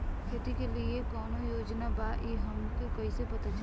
खेती के लिए कौने योजना बा ई हमके कईसे पता चली?